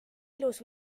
ilus